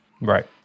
Right